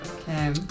Okay